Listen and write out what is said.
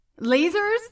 Lasers